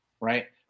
Right